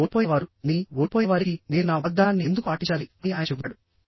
మీరు ఓడిపోయినవారు అని ఓడిపోయినవారికి నేను నా వాగ్దానాన్ని ఎందుకు పాటించాలి అని ఆయన చెబుతాడు